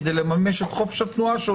כדי לממש את חופש התנועה שלו,